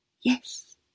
Yes